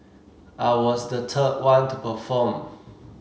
I was the third one to perform